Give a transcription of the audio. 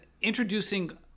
introducing